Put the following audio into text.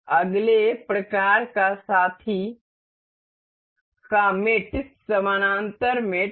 अगले प्रकार का साथी समानांतर मेट है